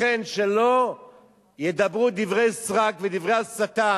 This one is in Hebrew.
לכן, שלא ידברו דברי סרק ודברי הסתה